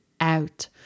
out